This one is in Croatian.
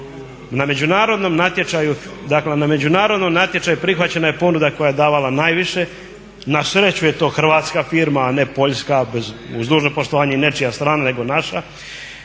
na međunarodnom natječaju prihvaćena je ponuda koja je davala najviše. Na sreću je to hrvatska firma, a ne Poljska uz dužno poštovanje i nečija strana nego naša.